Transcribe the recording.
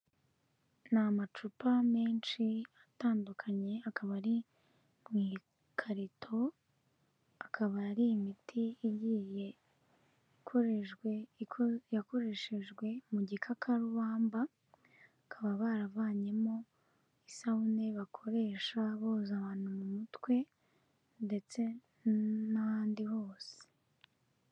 Ni amacupa menshi atandukanye akaba ari mu ikarito, akaba ari imiti igiye yakoreshejwe mu gikakarubamba bakaba baravanyemo isabune bakoresha boza abantu mu mutwe ndetse n'ahandi hose.